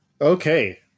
Okay